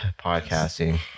podcasting